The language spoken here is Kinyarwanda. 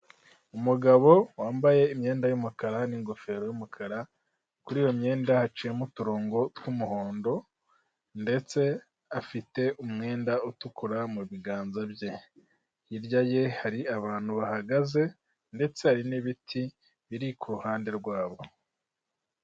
umugabo wambaye imyenda y'umukara n'ingofero y'umukara kuri iyo myenda haciyemo uturongo tw'umuhondo ndetse afite umwenda utukura mubiganza bye hirya ye hari abantu bahagaze ndetse hari n'ibiti biri kuruhande rwabo